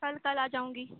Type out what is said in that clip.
کل کل آ جاؤں گی